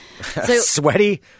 Sweaty